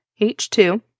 H2